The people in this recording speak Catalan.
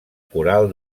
coral